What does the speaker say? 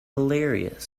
hilarious